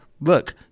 look